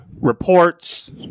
reports